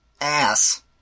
ass